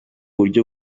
buryo